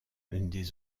des